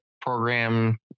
program